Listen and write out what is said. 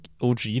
OG